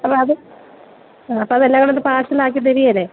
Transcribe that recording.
അപ്പോള് അത് അതെല്ലാം കൂടെയൊന്ന് പാർസലാക്കി തരുകേലെ